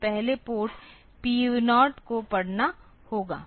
तो पहले port P0 को पढ़ना होगा